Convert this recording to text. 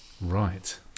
Right